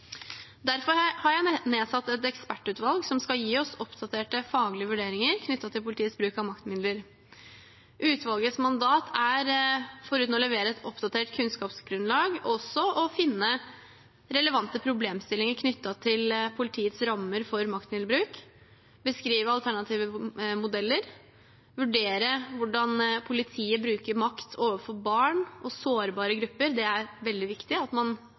har jeg nedsatt et ekspertutvalg som skal gi oss oppdaterte faglige vurderinger knyttet til politiets bruk av maktmidler. Utvalgets mandat er, foruten å levere et oppdatert kunnskapsgrunnlag, også å finne relevante problemstillinger knyttet til politiets rammer for maktmiddelbruk, beskrive alternative modeller, vurdere hvordan politiet bruker makt overfor barn og sårbare grupper – det er veldig viktig at man